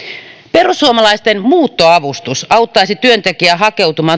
perussuomalaisten muuttoavustus auttaisi työntekijää hakeutumaan